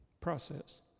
Process